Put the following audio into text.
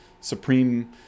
supreme